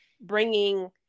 bringing